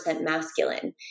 masculine